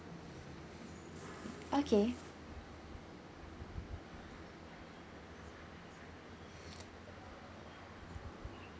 okay